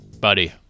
Buddy